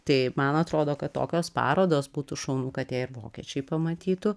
tai man atrodo kad tokios parodos būtų šaunu kad ją ir vokiečiai pamatytų